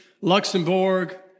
Luxembourg